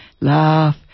laugh